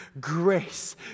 grace